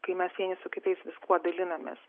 kai mes su kitais viskuo dalinomės